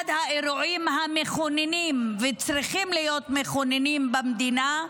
אחד האירועים המכוננים וצריכים להיות מכוננים במדינה,